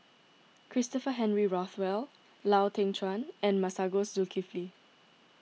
Christopher Henry Rothwell Lau Teng Chuan and Masagos Zulkifli